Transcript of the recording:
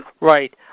Right